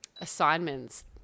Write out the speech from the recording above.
assignments